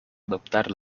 adoptar